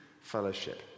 fellowship